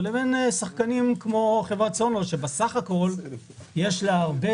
לבין חברת סונול שבסך הכל יש לה הרבה